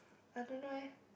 I don't know leh